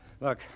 Look